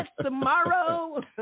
tomorrow